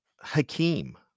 Hakeem